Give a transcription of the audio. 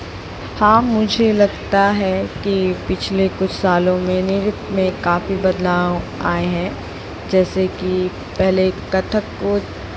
हाँ मुझे लगता है कि पिछले कुछ सालों में मेरे में बदलाव आए हैं जैसे कि पहले कथक को